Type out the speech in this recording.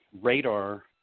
radar